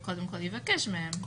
וקודם כול יבקש מהם.